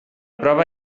prova